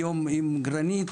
היום עם גרנית,